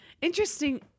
Interesting